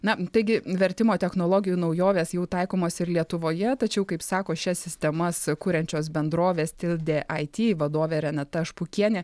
na taigi vertimo technologijų naujovės jau taikomos ir lietuvoje tačiau kaip sako šias sistemas kuriančios bendrovės tildė ai ty vadovė renata špukienė